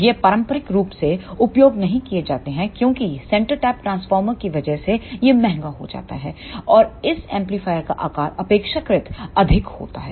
ये पारंपरिक रूप से उपयोग नहीं किए जाते हैं क्योंकि सेंटर टैप ट्रांसफ़ॉर्मर की वजह से यह महंगा हो जाता है और इस एम्पलीफायर का आकार अपेक्षाकृत अधिक होता है